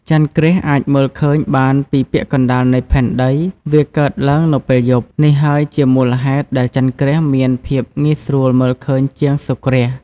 ចន្ទគ្រាសអាចមើលឃើញបានពី ពាក់កណ្ដាលនៃផែនដី វាកើតឡើងនៅពេលយប់ នេះហើយជាមូលហេតុដែលចន្ទគ្រាសមានភាពងាយស្រួលមើលឃើញជាងសូរ្យគ្រាស ។